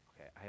Okay